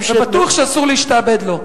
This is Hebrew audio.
בטוח שאסור להשתעבד לו.